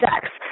sex